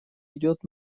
идет